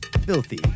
filthy